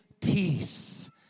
peace